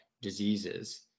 diseases